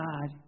God